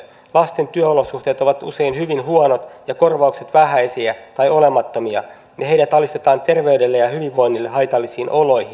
lasten työolosuhteet ovat usein hyvin huonot korvaukset vähäisiä tai olemattomia ja heidät alistetaan terveydelle ja hyvinvoinnille haitallisiin oloihin